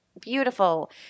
beautiful